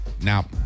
now